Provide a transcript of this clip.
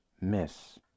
miss